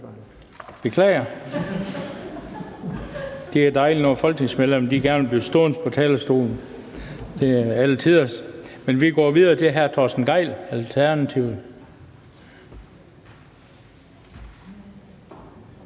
Beklager. Det er dejligt, når folketingsmedlemmer gerne vil blive stående på talerstolen. Det er alle tiders. Vi går videre til hr. Torsten Gejl, Alternativet.